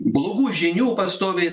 blogų žinių pastoviai